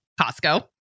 Costco